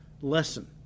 lesson